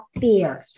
fear